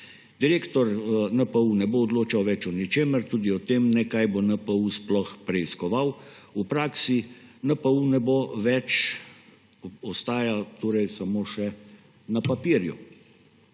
Direktor NPU ne bo odločal več o ničemer, tudi o tem ne, kaj bo NPU sploh preiskoval. V praksi NPU ne bo več, ostaja torej samo še na papirju.